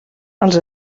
els